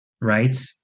right